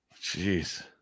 Jeez